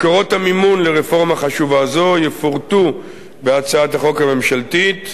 מקורות המימון לרפורמה חשובה זו יפורטו בהצעת החוק הממשלתית.